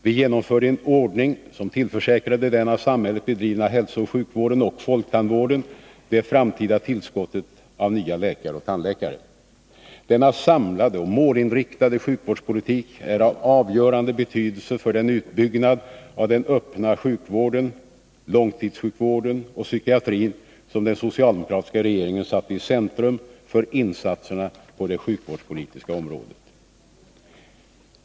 Vi genomförde en ordning som tillförsäkrade den av samhället bedrivna hälsooch sjukvården och folktandvården det framtida tillskottet av nya läkare och tandläkare. Denna samlade och målinriktade sjukvårdspolitik är av avgörande betydelse för den utbyggnad av den öppna sjukvården, långtidssjukvården och psykiatrin som den socialdemokratiska regeringen satte i centrum för insatserna på det sjukvårdspolitiska området.